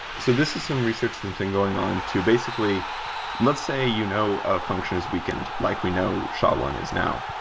so this is some research that's been going on to basically let's say you know a function has weakened, like we know sha one is now.